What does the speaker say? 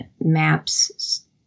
MAPS